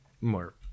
More